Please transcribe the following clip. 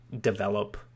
develop